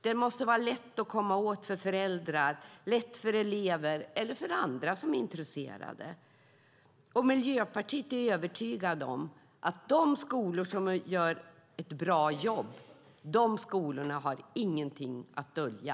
Den måste vara lätt att komma åt för föräldrar, för elever eller för andra som är intresserade. Miljöpartiet är övertygat om att de skolor som gör ett bra jobb inte har någonting att dölja.